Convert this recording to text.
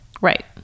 Right